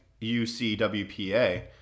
UCWPA